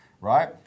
right